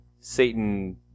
Satan